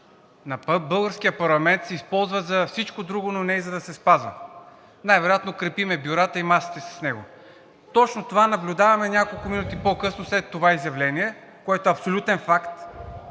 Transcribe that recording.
– на българския парламент, се използва за всичко друго, но не и за да се спазва. Най-вероятно крепим бюрата и масите с него. Точно това наблюдаваме няколко минути по-късно след това изявление, което е абсолютен факт.